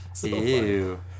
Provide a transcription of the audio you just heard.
ew